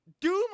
Doom